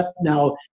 now